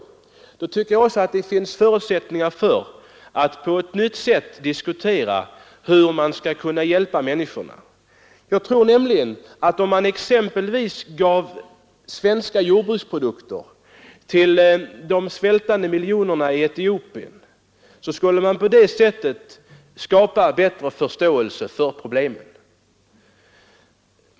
Jag anser att det då måste finnas förutsättningar att på nytt ta upp en diskussion om hur man skall kunna hjälpa människorna. Om man exempelvis gav svenska jordbruksprodukter till de svältande miljonerna i Etiopien, tror jag att man skulle skapa bättre förståelse för dessa problem.